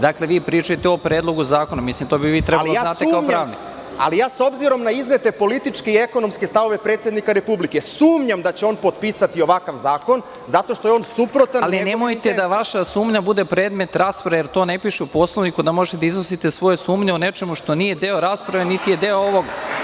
Dakle, vi pričajte o Predlogu zakona, mislim da bi vi to trebali da znate kao pravnik.) Ali, ja s obzirom na iznete političke i ekonomske stavove predsednika Republike, sumnjam da će on potpisati ovakav zakon, zato što je on suprotan… (Predsednik: Ali, nemojte da vaša sumnja bude predmet rasprave, jer to ne piše u Poslovniku da možete da iznosite svoje sumnje o nečemu što nije deo rasprave niti je deo ovog